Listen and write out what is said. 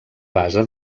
base